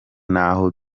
n’aho